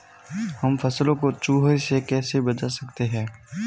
हम फसलों को चूहों से कैसे बचा सकते हैं?